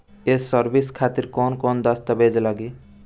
ये सर्विस खातिर कौन कौन दस्तावेज लगी?